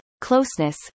closeness